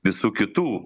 visų kitų